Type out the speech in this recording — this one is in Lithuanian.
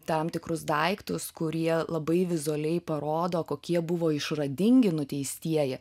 tam tikrus daiktus kurie labai vizualiai parodo kokie buvo išradingi nuteistieji